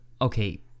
okay